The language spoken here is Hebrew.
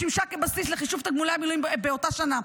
שימשה בסיס לחישוב תגמולי המילואים באותה שנה.